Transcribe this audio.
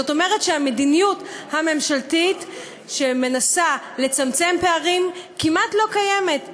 זאת אומרת שהמדיניות הממשלתית שמנסה לצמצם פערים כמעט לא קיימת,